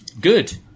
good